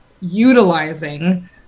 utilizing